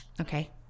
Okay